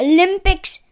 Olympics